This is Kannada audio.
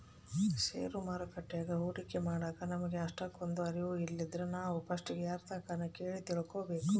ಷೇರು ಮಾರುಕಟ್ಯಾಗ ಹೂಡಿಕೆ ಮಾಡಾಕ ನಮಿಗೆ ಅಷ್ಟಕೊಂದು ಅರುವು ಇಲ್ಲಿದ್ರ ನಾವು ಪಸ್ಟಿಗೆ ಯಾರ್ತಕನ ಕೇಳಿ ತಿಳ್ಕಬಕು